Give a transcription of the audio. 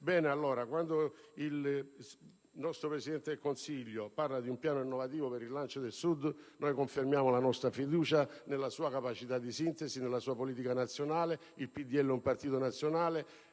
Pertanto, quando il nostro Presidente del Consiglio parla di un piano innovativo per il rilancio del Sud noi confermiamo la nostra fiducia nella sua capacità di sintesi e nella sua politica nazionale. Il PdL è un partito nazionale.